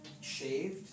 shaved